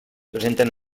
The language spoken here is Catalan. presenten